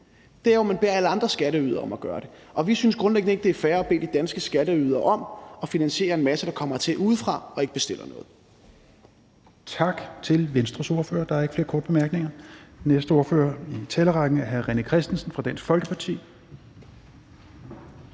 jo er, at man beder alle andre skatteydere om at gøre det. Og vi synes grundlæggende ikke, det er fair at bede de danske skatteydere om at finansiere en masse mennesker, der kommer hertil udefra og ikke bestiller noget.